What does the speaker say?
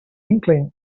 inkling